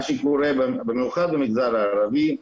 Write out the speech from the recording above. מה שקורה, במיוחד במגזר הערבי,